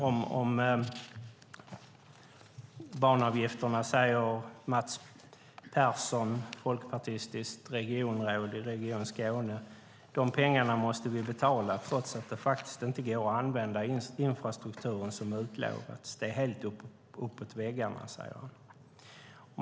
Om banavgifterna säger Mats Persson, folkpartistiskt regionråd i Region Skåne: De pengarna måste vi betala trots att det faktiskt inte går att använda infrastrukturen som utlovats. Det är helt uppåt väggarna, säger han.